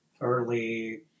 early